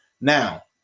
Now